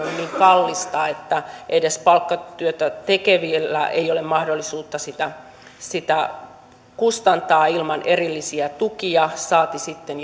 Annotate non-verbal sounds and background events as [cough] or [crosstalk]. kallista että edes palkkatyötä tekevillä ei ole mahdollisuutta sitä sitä kustantaa ilman erillisiä tukia saati sitten [unintelligible]